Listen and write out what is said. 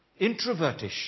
introvertish